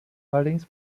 allerdings